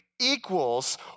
Equals